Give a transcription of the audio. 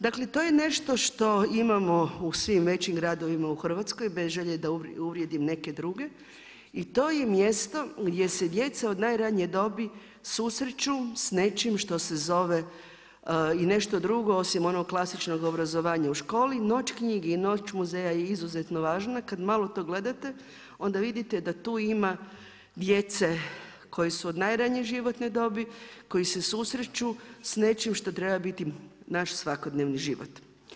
Dakle, to je nešto imamo u svim većim gradovima u Hrvatskoj, bez želje da uvrijedim neke druge, i to je mjesto gdje se djeca od najranije dobi, susreću s nečim što se zove i nešto drugo osim onog klasičnog obrazovanja, Noć knjigi i Noć muzeja je izuzetno važna, kad malo to gledate, onda vidite da tu ima djece koja su od najranije životne dobi, koja se susreću s nečim što treba biti naš svakodnevni život.